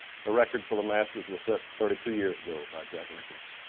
the record for the masters was at thirty two years ago by jack nicklaus.